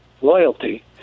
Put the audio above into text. loyalty